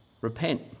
repent